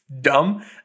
Dumb